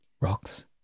Rocks